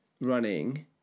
running